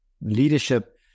leadership